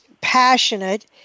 passionate